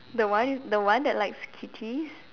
the one the one that likes kitties